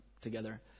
together